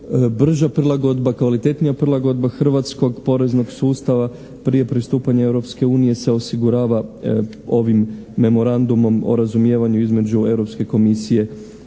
brža prilagodba, kvalitetnija prilagodba hrvatskog poreznog sustava prije pristupanja Europske unije se osigurava ovim memorandumom o razumijevanju između Europske